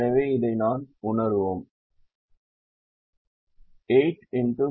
எனவே இதை நாம் உணருவோம் மற்றும் 45xB11